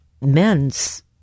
men's